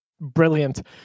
brilliant